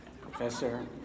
Professor